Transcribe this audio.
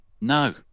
No